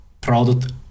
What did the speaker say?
product